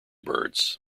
birds